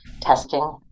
testing